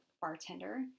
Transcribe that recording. bartender